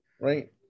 right